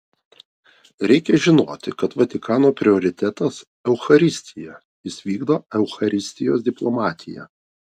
reikia žinoti kad vatikano prioritetas eucharistija jis vykdo eucharistijos diplomatiją